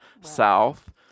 south